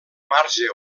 marge